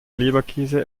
leberkäse